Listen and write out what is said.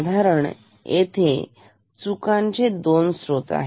साधारण येथे चुका दोन स्त्रोत आहेत